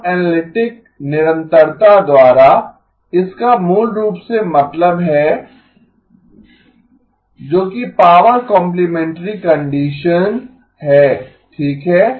अब एनालिटिक निरंतरता द्वारा इसका मूल रूप से मतलब है जो कि पावर कॉम्प्लिमेंटरी कंडीशन है ठीक है